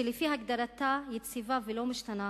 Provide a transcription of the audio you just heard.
שלפי הגדרתה היא יציבה ולא משתנה